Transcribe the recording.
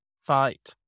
fight